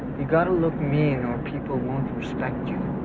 you gotta look mean or people won't respect you.